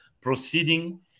proceeding